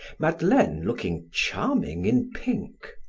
madeleine looking charming in pink.